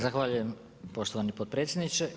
Zahvaljujem poštovani potpredsjedniče.